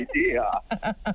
idea